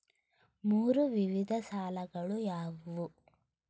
ಮೂರು ವಿಧದ ಸಾಲಗಳು ಯಾವುವು?